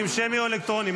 שמי או אלקטרוני?